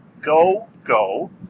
Go-go